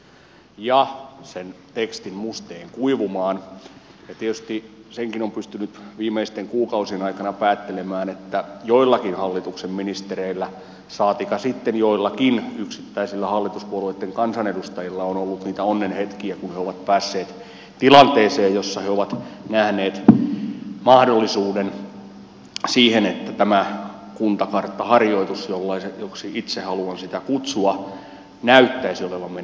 on saatu teksti paperiin ja sen tekstin muste kuivumaan ja tietysti senkin on pystynyt viimeisten kuukausien aikana päättelemään että joillakin hallituksen ministereillä saatikka sitten joillakin yksittäisillä hallituspuolueitten kansanedustajilla on ollut niitä onnen hetkiä kun he ovat päässeet tilanteeseen jossa he ovat nähneet mahdollisuuden siihen että tämä kuntakarttaharjoitus joksi itse haluan sitä kutsua näyttäisi olevan menossa eteenpäin